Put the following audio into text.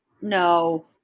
no